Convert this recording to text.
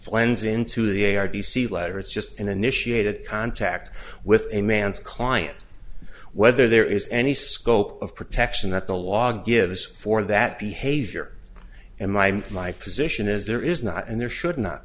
plans into the r t c letter is just an initiator of contact with a man's client whether there is any scope of protection that the law gives for that behavior and my my position is there is not and there should not